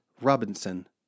Robinson